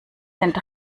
sind